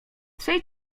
trzej